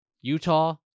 Utah